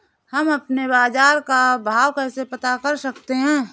हम अपने बाजार का भाव कैसे पता कर सकते है?